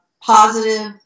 positive